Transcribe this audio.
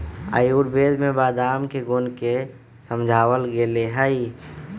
आयुर्वेद में बादाम के गुण के समझावल गैले है